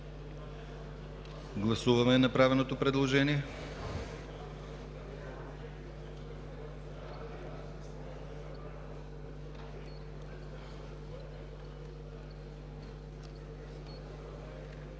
Гласуваме направеното предложение.